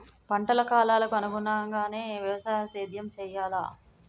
పంటల కాలాలకు అనుగుణంగానే వ్యవసాయ సేద్యం చెయ్యాలా?